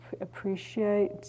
appreciate